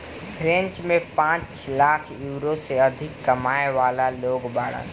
French में पांच lakh euro से अधिक कमाए वाला लोग बाड़न